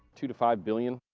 two to five billion.